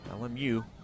LMU